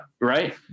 right